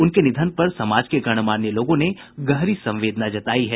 उनके निधन पर समाज के गणमान्य लोगों ने गहरी संवेदना जतायी है